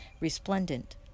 resplendent